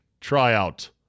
tryout